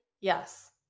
Yes